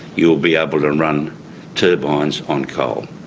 you'll be able to run turbines on coal.